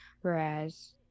Whereas